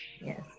yes